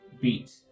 beat